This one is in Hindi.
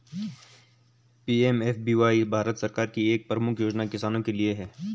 पी.एम.एफ.बी.वाई भारत सरकार की एक प्रमुख योजना किसानों के लिए है